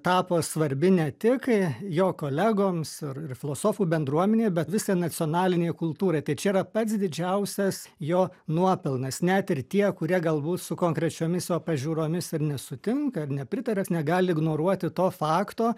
tapo svarbi ne tik jo kolegoms ir ir filosofų bendruomenei bet visai nacionalinei kultūrai tai čia yra pats didžiausias jo nuopelnas net ir tie kurie galbūt su konkrečiomis jo pažiūromis ir nesutinka ar nepritaria negali ignoruoti to fakto